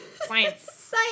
Science